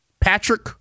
Patrick